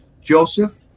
Joseph